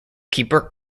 keeper